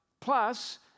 Plus